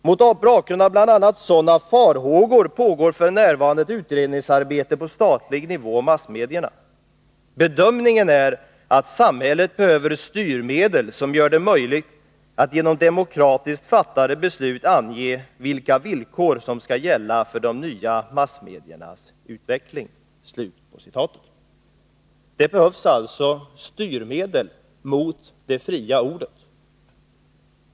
Mot bakgrund av bl.a. sådana farhågor pågår för närvarande ett utredningsarbete på statlig nivå om massmedierna. Bedömningen är, att samhället behöver styrmedel, som gör det möjligt att genom demokratiskt fattade beslut ange vilka villkor som skall gälla för de nya massmediernas utveckling.” Det behövs alltså styrmedel mot det fria ordet!